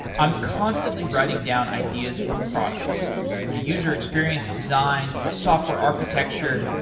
i'm constantly writing down ideas for products the user experience designs, the software architecture,